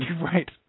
Right